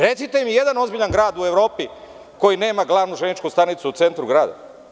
Recite mi jedan ozbiljan grad u Evropi koji nema glavnu železničku stanicu u centru grada.